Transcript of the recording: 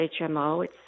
HMO